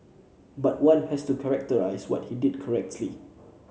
but one has to characterise what he did correctly